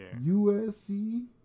USC